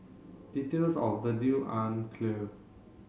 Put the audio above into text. details of the deal aren't clear